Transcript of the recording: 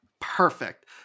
Perfect